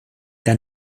der